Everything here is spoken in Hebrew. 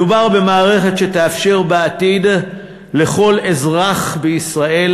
מדובר במערכת שתאפשר בעתיד לכל אזרח בישראל